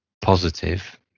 Positive